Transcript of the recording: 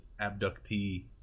abductee